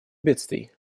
бедствий